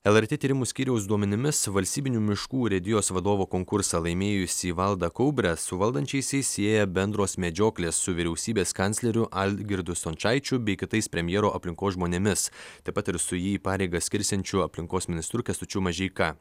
lrt tyrimų skyriaus duomenimis valstybinių miškų urėdijos vadovo konkursą laimėjusį valdą kaubrę su valdančiaisiais sieja bendros medžioklės su vyriausybės kancleriu algirdu stončaičiu bei kitais premjero aplinkos žmonėmis taip pat ir su jį į pareigas skirsiančiu aplinkos ministru kęstučiu mažeika